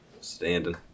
standing